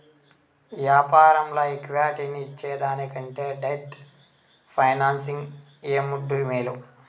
యాపారంల ఈక్విటీని ఇచ్చేదానికంటే డెట్ ఫైనాన్సింగ్ ఏ ముద్దూ, మేలు